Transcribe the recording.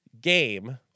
game